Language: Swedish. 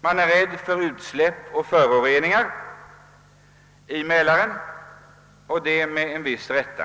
Myndigheterna är rädda för utsläpp och föroreningar i Mälaren, och det med viss rätt.